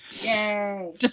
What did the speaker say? Yay